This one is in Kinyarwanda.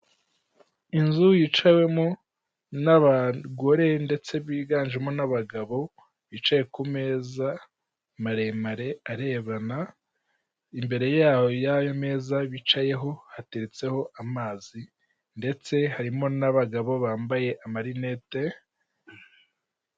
Inzu yicawemo n'abagore, ndetse biganjemo n'abagabo, bicaye ku meza maremare arebana, imbere y'ayo meza bicayeho hateretseho amazi, ndetse harimo n'abagabo bambaye amarinete.